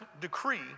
decree